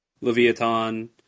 Leviathan